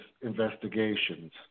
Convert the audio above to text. investigations